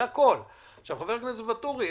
חבר הכנסת ואטורי,